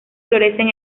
florecen